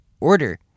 order